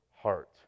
heart